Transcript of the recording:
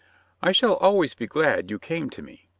i shall always be glad you came to me,